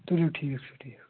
تُلِو ٹھیٖک چھُ ٹھیٖک